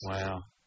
Wow